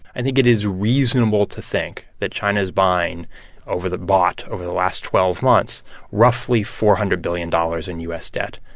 and think it is reasonable to think that china's buying over the bought over the last twelve months roughly four hundred billion dollars in u s. debt.